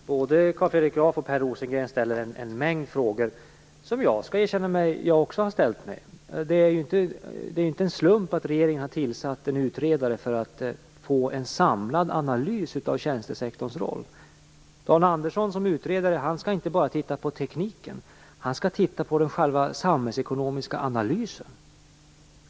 Fru talman! Både Carl Fredrik Graf och Per Rosengren ställer en mängd frågor som jag skall erkänna att jag också har ställt mig. Det är inte en slump att regeringen har tillsatt en utredare för att få en samlad analys av tjänstesektorns roll. Dan Andersson skall inte bara titta på tekniken, han skall utgå från den själva samhällsekonomiska analysen.